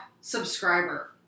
subscriber